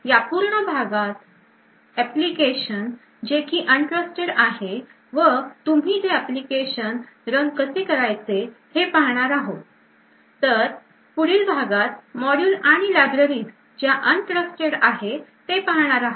तर या पूर्ण भागात एप्लीकेशन जे की अविश्वासू आहे व तुम्ही ते अप्लिकेशन रन कसे करायचे हे पाहणार आहात तर पुढील भागात मॉड्यूल आणि लाइब्ररीझ ज्या अविश्वासू आहे ते पाहणार आहात